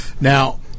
Now